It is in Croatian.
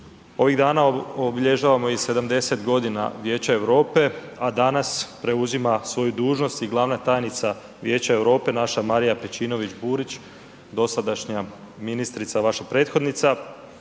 Ovih dana obilježavamo i 70 godina Vijeća Europe, a danas preuzima svoju dužnost i glavna tajnica Vijeća Europe naša Marija Pejčinović Burić, dosadašnja ministrica, vaša prethodnica.